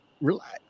relax